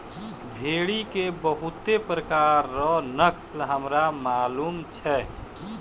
भेड़ी के बहुते प्रकार रो नस्ल हमरा मालूम छै